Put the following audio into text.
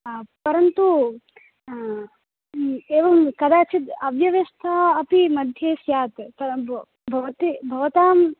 हा परन्तु किं एवं कदाचित् अव्यवस्था अपि मध्ये स्यात् पर भवते भवतां